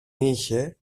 είχε